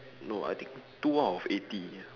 no I think two out of eighty